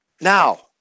Now